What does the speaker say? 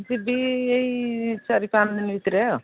ଯିବି ଏହି ଚାରି ପାଞ୍ଚ ଦିନ ଭିତରେ ଆଉ